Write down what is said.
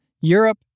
Europe